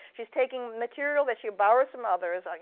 she's taking material that she borrows from others, like